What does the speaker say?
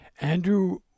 Andrew